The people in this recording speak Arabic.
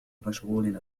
مشغول